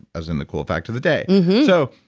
as in the cool fact of the day so,